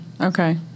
Okay